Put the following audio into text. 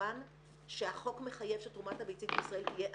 במובן שהחוק מחייב שתרומת הביצית בישראל תהיה אנונימית,